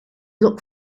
look